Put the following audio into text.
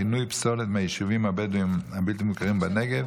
פינוי פסולת מהיישובים הבדואיים הבלתי-מוכרים בנגב.